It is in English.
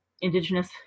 Indigenous